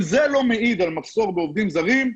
אם זה לא מעיד על מחסור בעובדים זרים,